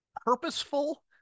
purposeful